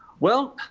well,